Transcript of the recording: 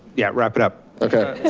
yeah wrap it up. okay,